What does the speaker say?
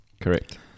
Correct